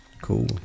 Cool